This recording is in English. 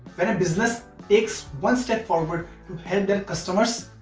when a business takes one step forward to help their customers,